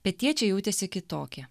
pietiečiai jautėsi kitokie